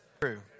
True